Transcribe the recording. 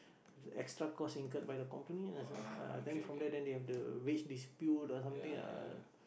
extra cost incurred by the company ah uh then from there they have the wage dispute or something uh